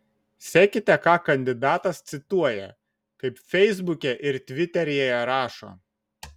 sekite ką kandidatas cituoja kaip feisbuke ir tviteryje rašo